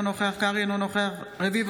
אינו נוכח שלמה קרעי,